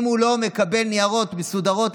אם הוא לא מקבל ניירות מסודרים,